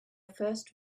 first